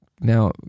Now